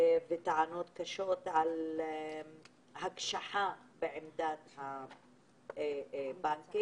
טענות קשות על הקשחה בעמדת הבנקים.